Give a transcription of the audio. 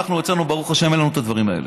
אצלנו, ברוך השם, אין לנו את הדברים האלה.